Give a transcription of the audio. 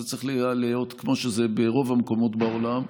זה צריך היה להיות כמו שזה ברוב המקומות בעולם,